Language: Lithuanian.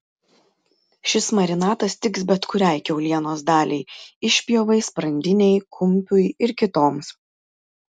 šis marinatas tiks bet kuriai kiaulienos daliai išpjovai sprandinei kumpiui ir kitoms